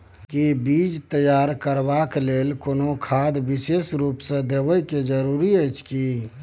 कि बीज तैयार करबाक लेल कोनो खाद विशेष रूप स देबै के जरूरी अछि की?